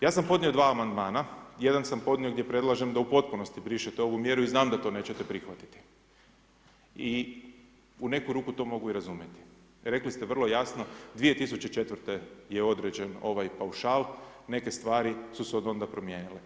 Ja sam podnio dva amandmana, jedan sam podnio gdje predlažem da u potpunosti brišete ovu mjeru i znam da to nećete to prihvatiti i u neku ruku to mogu razumjeti, rekli ste vrlo jasno, 2004. je određen ovaj paušal, neke stvari su se od onda promijenile.